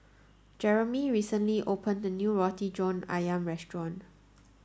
Jeremey recently opened a new Roti John Ayam restaurant